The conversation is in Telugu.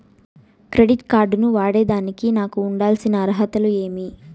క్రెడిట్ కార్డు ను వాడేదానికి నాకు ఉండాల్సిన అర్హతలు ఏమి?